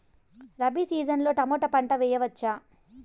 Rabi season లో tomato పంట వేయవచ్చా?